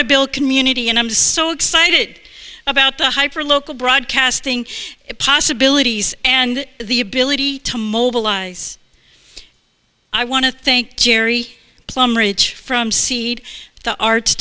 to build community and i'm so excited about the hyper local broadcasting possibilities and the ability to mobilize i want to thank jerry plumber from seed the art